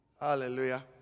Hallelujah